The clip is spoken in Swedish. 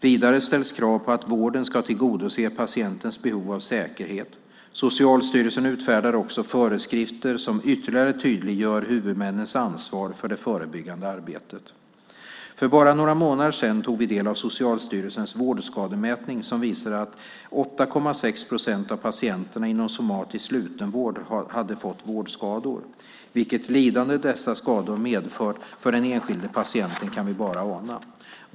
Vidare ställs krav på att vården ska tillgodose patientens behov av säkerhet. Socialstyrelsen utfärdar också föreskrifter som ytterligare tydliggör huvudmännens ansvar för det förebyggande arbetet. För bara några månader sedan tog vi del av Socialstyrelsens vårdskademätning som visade att 8,6 procent av patienterna inom somatisk slutenvård hade fått vårdskador. Vilket lidande dessa skador har medfört för den enskilde patienten kan vi bara ana.